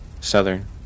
Southern